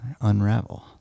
unravel